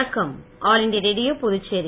வணக்கம் all India Radio Puducherry